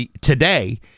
today